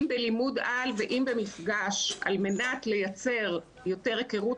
אם בלימוד על ועם במפגש על מנת לייצר יותר היכרות.